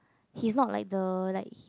he's not like the like